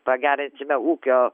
pagerinsime ūkio